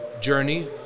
journey